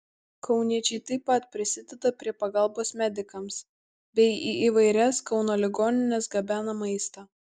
kauniečiai taip pat prisideda prie pagalbos medikams bei į įvairias kauno ligonines gabena maistą